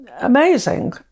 amazing